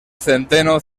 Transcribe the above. centeno